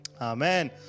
amen